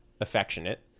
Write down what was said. affectionate